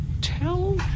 tell